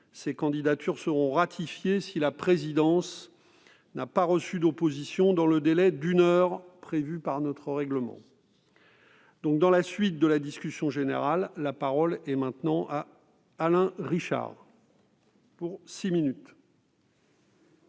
Ces candidatures seront ratifiées si la présidence n'a pas reçu d'opposition dans le délai d'une heure prévu par le règlement. Dans la suite de la discussion générale, la parole est à M. Alain Richard. Mes